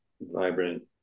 vibrant